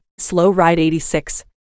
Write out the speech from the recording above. SlowRide86